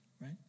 right